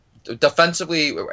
Defensively